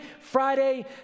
Friday